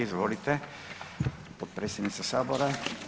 Izvolite potpredsjednice Sabora.